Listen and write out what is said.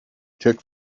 took